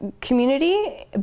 community